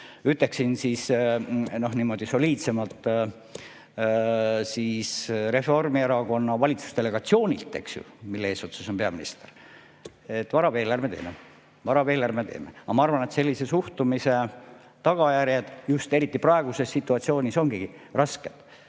ütleksin niimoodi soliidsemalt, Reformierakonna valitsusdelegatsioonilt, mille eesotsas on peaminister, et vara veel, ärme teeme. Vara veel, ärme teeme! Aga ma arvan, et sellise suhtumise tagajärjed just eriti praeguses situatsioonis ongi rasked.